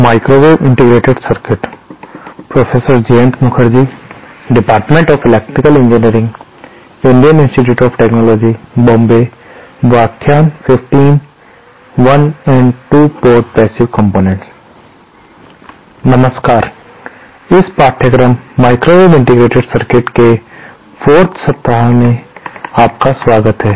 नमस्कार इस पाठ्यक्रम माइक्रोवेव इंटीग्रेटेड सर्किट्स के 4 सप्ताह में आपका स्वागत है